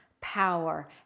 power